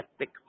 epic